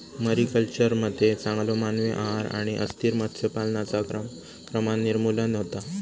मरीकल्चरमध्ये चांगलो मानवी आहार आणि अस्थिर मत्स्य पालनाचा क्रमाक्रमान निर्मूलन होता